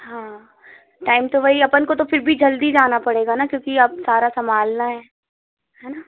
हाँ टाइम तो वही अपन को तो फ़िर भी जल्दी जाना पड़ेगा ना क्योंकि अब सारा संभालना है हैना